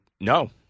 no